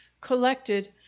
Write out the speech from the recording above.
collected